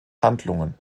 handlungen